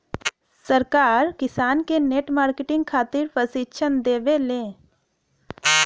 सरकार किसान के नेट मार्केटिंग खातिर प्रक्षिक्षण देबेले?